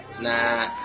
Na